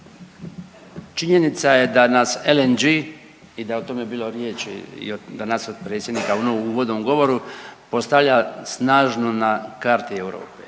činjenica je da nas LNG i da o tome bilo riječi i danas od predsjednika u onom uvodnom govoru, postavlja snažno na karti Europe